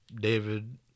David